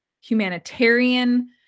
humanitarian